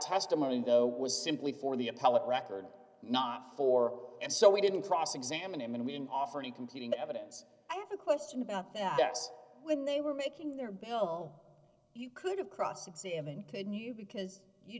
testimony though was simply for the appellate record not for and so we didn't cross examine him and we didn't offer any competing evidence i have a question about that that's when they were making their bell you could have cross examined couldn't you because you